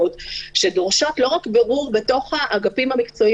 שדורשות לא רק בירור בתוך האגפים המקצועיים,